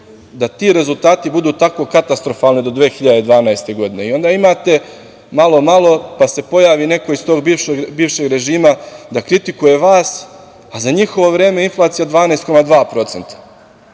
da ti rezultati budu tako katastrofalni do 2012. godine i onda imate malo, malo, pa se pojavi neko iz tog bivšeg režima da kritikuje vas, a za njihovo vreme inflacija 12,2%,